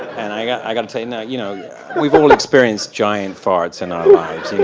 and i got i got to tell you, know you know yeah we've all experienced giant farts in our lives,